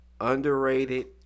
underrated